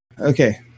Okay